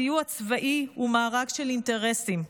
סיוע צבאי הוא מארג של אינטרסים,